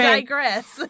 digress